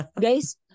Guys